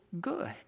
good